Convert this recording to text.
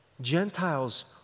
Gentiles